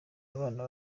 abana